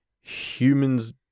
humans